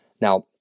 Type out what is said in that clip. Now